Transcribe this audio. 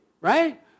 right